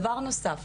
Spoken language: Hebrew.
דבר נוסף,